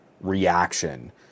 reaction